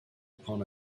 upon